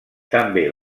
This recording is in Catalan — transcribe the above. també